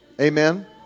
amen